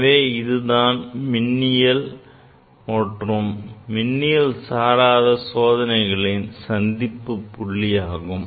எனவே இதுதான் மின்னியல் மற்றும் மின்னியல் சாராத சோதனைகளின் சந்திப்பு புள்ளியாகும்